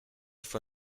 fue